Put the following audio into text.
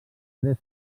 tres